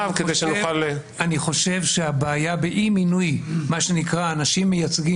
אני חושב שהבעיה באי מינוי אנשים מייצגים